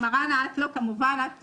מראענה את לא כמובן.